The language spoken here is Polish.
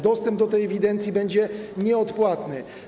Dostęp do tej ewidencji będzie nieodpłatny.